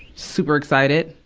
super excited.